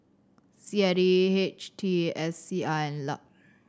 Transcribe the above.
C I D H T S C I and LUP